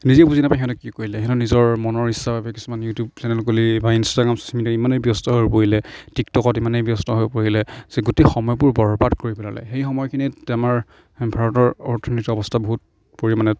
নিজেই বুজি নাপায় সিহঁতে কি কৰিলে সিহঁতৰ নিজৰ মনৰ ইচ্ছাৰ বাবে কিছুমান ইউটিউব চেনেল খুলি বা ইনষ্টাগ্ৰাম খুলি ইমানেই ব্যস্ত হৈ পৰিলে টিকটকত ইমানেই ব্যস্ত হৈ পৰিলে যে গোটেই সময়বোৰ বৰবাদ কৰি পেলালে সেই সময়খিনিত আমাৰ ভাৰতৰ অৰ্থনীতিৰ অৱস্থা বহুত পৰিমাণে